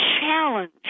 challenge